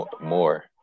More